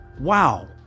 Wow